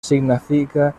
significa